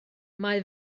mae